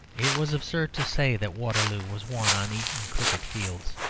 it was absurd to say that waterloo was won on eton cricket-fields.